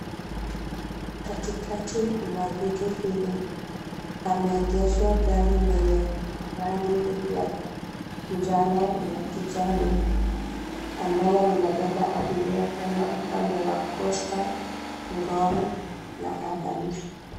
Katikati mwa jiji hili pameegeshwa gari lenye rangi ya njano na kijani ambalo linabeba abiria kwenda upande wa Posta, Ngong na Adams.